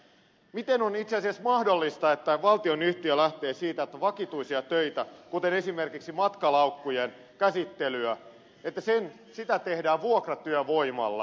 miten on itse asiassa mahdollista että valtionyhtiö lähtee siitä että vakituisia töitä kuten esimerkiksi matkalaukkujen käsittelyä tehdään vuokratyövoimalla